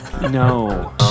No